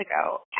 ago